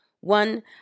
one